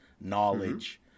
knowledge